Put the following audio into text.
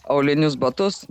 aulinius batus